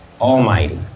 almighty